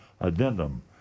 addendum